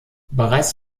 bereits